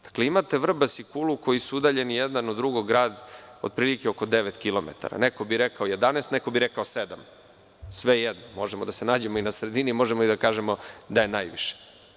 Dakle, imate Vrbas i Kulu koji su udaljeni jedan od drugog grada otprilike oko devet kilometara, neko bi rekao 11, neko bi rekao sedam, svejedno, možemo da se nađemo i na sredini, možemo i da kažemo da je najviše.